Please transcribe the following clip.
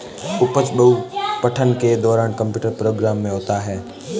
उपज बहु पठन के दौरान कंप्यूटर प्रोग्राम में होता है